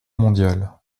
mondiale